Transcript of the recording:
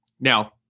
Now